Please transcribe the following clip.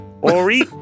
Ori